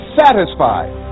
satisfied